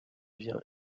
vient